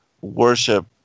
worship